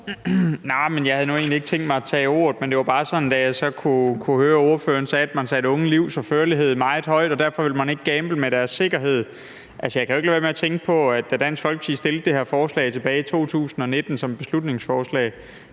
egentlig ikke tænkt mig at tage ordet, men det var bare sådan, at da jeg så kunne høre, at ordføreren sagde, at man satte unges liv og førlighed meget højt, og at derfor ville man ikke gamble med deres sikkerhed, kunne jeg ikke lade være med at tænke på, at da Dansk Folkeparti fremsatte det her forslag tilbage i 2019 som et beslutningsforslag,